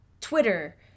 Twitter